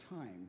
time